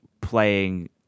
playing